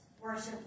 worship